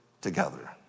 together